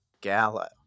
gallo